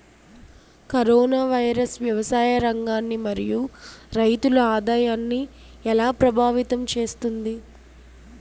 Corona virus వ్యవసాయ రంగాన్ని మరియు రైతుల ఆదాయాన్ని ఎలా ప్రభావితం చేస్తుంది?